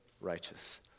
righteous